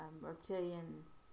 Reptilian's